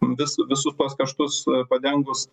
vis visus tuos kaštus padengus